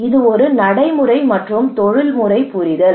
இது ஒரு நடைமுறை மற்றும் தொழில்முறை புரிதல்